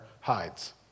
hides